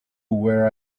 where